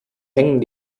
hängen